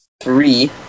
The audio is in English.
three